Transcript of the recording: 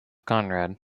conrad